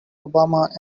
obama